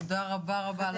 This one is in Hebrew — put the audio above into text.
תודה רבה על הדברים.